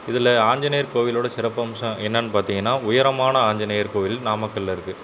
இதில் ஆஞ்சநேயர் கோவிலோடய சிறப்பம்சம் என்னென்னு பார்த்திங்கன்னா உயரமான ஆஞ்சநேயர் கோவில் நாமக்கல்லில் இருக்குது